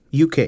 UK